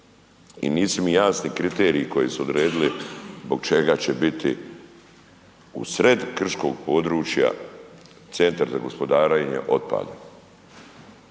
i nisu mi jasni kriteriji koji su odredili zbog čega će biti u sred krškog područja Centar za gospodarenje otpadom.